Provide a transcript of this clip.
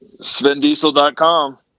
SvenDiesel.com